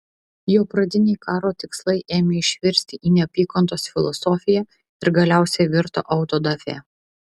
jo pradiniai karo tikslai ėmė išvirsti į neapykantos filosofiją ir galiausiai virto autodafė